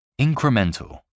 Incremental